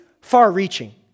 far-reaching